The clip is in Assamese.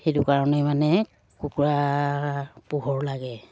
সেইটো কাৰণে মানে কুকুৰা পোহৰ লাগে